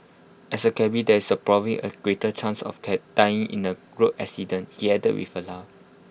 as A cabby there is probably A greater chance of take dying in A road accident he added with A laugh